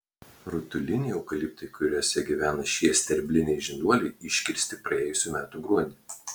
rutuliniai eukaliptai kuriuose gyvena šie sterbliniai žinduoliai iškirsti praėjusių metų gruodį